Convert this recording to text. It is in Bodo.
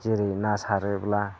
जेरै ना सारोब्ला